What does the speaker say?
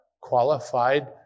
qualified